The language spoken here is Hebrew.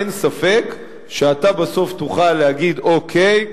אין ספק שאתה בסוף תוכל להגיד: אוקיי,